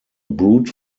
brute